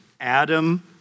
Adam